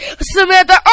Samantha